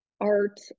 art